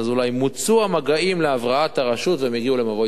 מוצו המגעים להבראת הרשות והם הגיעו למבוי סתום.